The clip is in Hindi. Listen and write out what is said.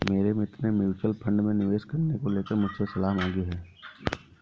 मेरे मित्र ने म्यूच्यूअल फंड में निवेश करने को लेकर मुझसे सलाह मांगी है